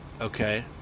okay